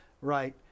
Right